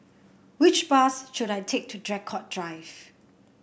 which bus should I take to Draycott Drive